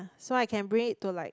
so I can bring it to like